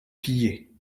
pillée